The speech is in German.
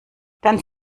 dann